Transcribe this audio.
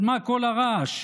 על מה כל הרעש?